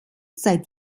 seit